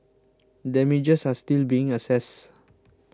damages are still being assessed